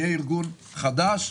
זה יהיה ארגון חדש,